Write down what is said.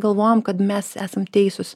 galvojam kad mes esam teisūs